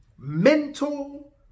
mental